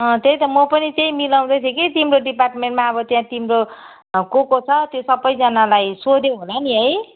अँ त्यही त म पनि त्यही मिलाउँदै थिएँ कि तिम्रो डिपार्टमेन्टमा अब त्यहाँ तिम्रो को को छ त्यो सबैजनालाई सोध्यौ होला नि है